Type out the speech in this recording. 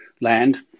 Land